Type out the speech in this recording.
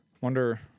Wonder